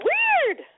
Weird